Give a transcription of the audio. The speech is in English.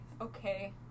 okay